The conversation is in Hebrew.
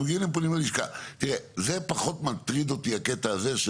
זה פחות מטריד אותי, הקטע הזה.